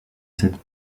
cette